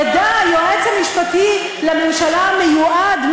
ידע היועץ המשפטי לממשלה המיועד,